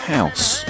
House